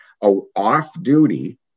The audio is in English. off-duty